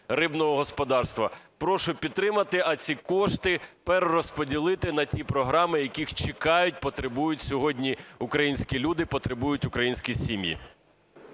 рибного господарства. Прошу підтримати, а ці кошти перерозподілити на ті програми, яких чекають, потребують сьогодні українські люди, потребують українські сім'ї.